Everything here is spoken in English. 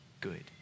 good